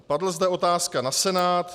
Padla zde otázka na Senát.